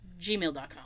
gmail.com